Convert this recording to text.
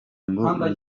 ngo